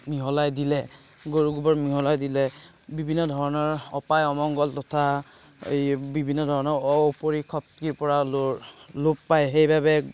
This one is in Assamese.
মিহলাই দিলে গৰু গোবৰ মিহলাই দিলে বিভিন্ন ধৰণৰ অপায় অমংগল তথা এই বিভিন্ন ধৰণৰ অপৰিক শক্তিৰপৰা লোপ পায় সেই বাবে